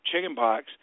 chickenpox